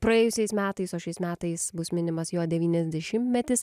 praėjusiais metais o šiais metais bus minimas jo devyniasdešimtmetis